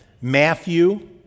Matthew